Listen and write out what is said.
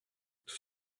tout